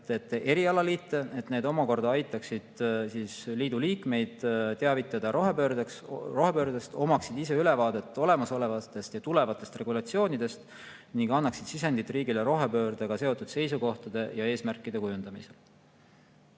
erialaliite, et need omakorda aitaksid liidu liikmeid teavitada rohepöördest, omaksid ise ülevaadet olemasolevatest ja tulevastest regulatsioonidest ning annaksid sisendit riigile rohepöördega seotud seisukohtade ja eesmärkide kujundamisel.